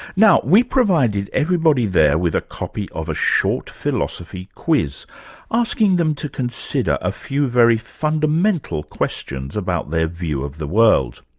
now, we provided everybody there with a copy of a short philosophy quiz asking them to consider a few very fundamental questions about their view of the world.